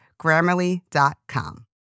Grammarly.com